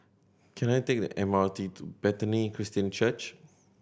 can I take the M R T to Bethany Christian Church